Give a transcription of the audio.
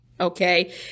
okay